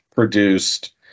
produced